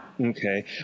Okay